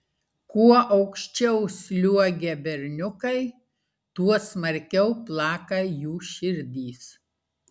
kuo aukščiau sliuogia berniukai tuo smarkiau plaka jų širdys